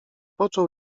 począł